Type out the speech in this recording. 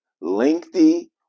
lengthy